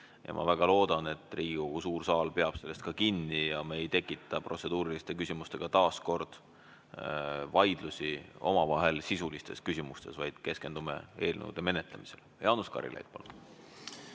Ma väga loodan, et Riigikogu suur saal peab sellest ka kinni ja me ei tekita protseduuriliste küsimustega taas omavahel vaidlusi sisulistes küsimustes, vaid keskendume eelnõude menetlemisele. Jaanus Karilaid, palun!